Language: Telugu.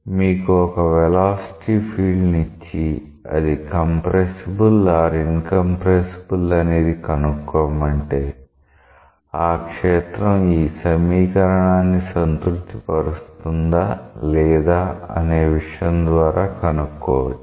మీకు ఒక వెలాసిటీ ఫీల్డ్ ని ఇచ్చి అది కంప్రెసిబుల్ ఆర్ ఇన్కంప్రెసిబుల్ అనేది కనుక్కోమంటే ఆ క్షేత్రం ఈ సమీకరణాన్ని సంతృప్తి పరుస్తుందా లేదా అనే విషయం ద్వారా కనుక్కోవచ్చు